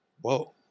Whoa